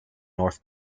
north